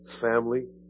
family